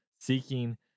seeking